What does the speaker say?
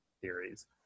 theories